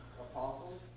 apostles